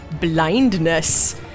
Blindness